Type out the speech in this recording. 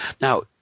Now